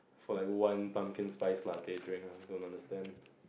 for like one pumpkin spice latte drink !ha! I don't understand